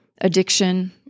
addiction